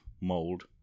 mold